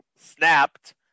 snapped